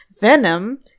venom